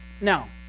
Now